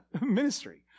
ministry